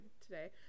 today